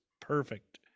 perfect